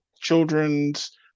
children's